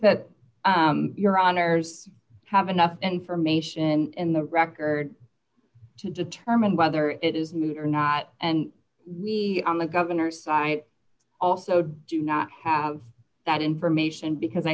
that your honors have enough information in the record to determine whether it is moot or not and we on the governor's side also do not have that information because i